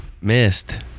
Missed